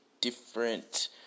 different